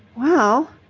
well.